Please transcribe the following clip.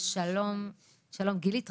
שלום גילית.